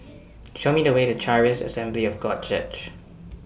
Show Me The Way to Charis Assembly of God Church